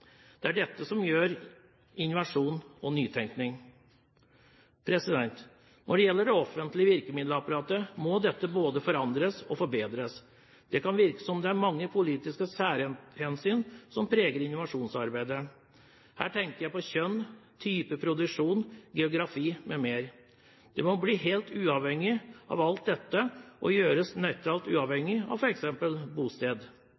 Det er dette som gir innovasjon og nytenking. Når det gjelder det offentlige virkemiddelapparatet, må dette både forandres og forbedres. Det kan virke som om det er mange politiske særhensyn som preger innovasjonsarbeidet. Her tenker jeg på kjønn, type produksjon, geografi m.m. Det må bli helt uavhengig av alt dette og gjøres nøytralt uavhengig av f.eks. bosted.